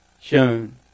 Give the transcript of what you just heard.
shown